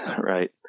right